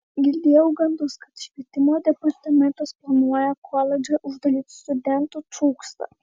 girdėjau gandus kad švietimo departamentas planuoja koledžą uždaryti studentų trūksta